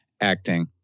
acting